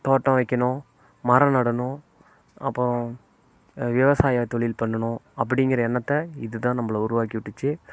தோட்டம் வைக்கணும் மரம் நடணும் அப்புறம் விவசாய தொழில் பண்ணணும் அப்படிங்கற எண்ணத்தை இதுதான் நம்பளை உருவாக்கி விட்டுச்சு